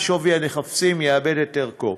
והנכסים יאבדו את ערכם.